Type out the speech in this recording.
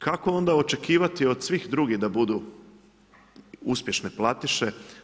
Kako onda očekivati od svih drugih da budu uspješne platiše?